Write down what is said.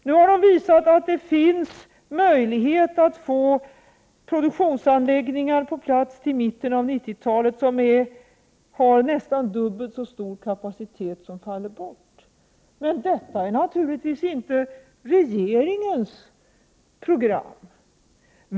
Nu har det visat sig att det finns möjligheter att till mitten av 1990 få produktionsanläggningar på plats vilka har nästan dubbelt så stor kapacitet som den som faller bort. Detta är naturligtvis inte regeringens program.